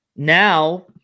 Now